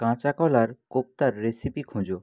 কাঁচাকলার কোপ্তার রেসিপি খোঁজো